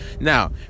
now